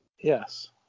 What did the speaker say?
Yes